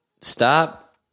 stop